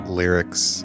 lyrics